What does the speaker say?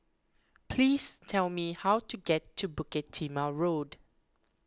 please tell me how to get to Bukit Timah Road